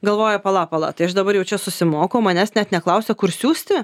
galvoja pala pala tai aš dabar jau čia susimoku o manęs net neklausia kur siųsti